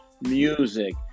music